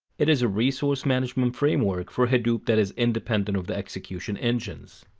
it is a resource-management framework for hadoop that is independent of the execution engines.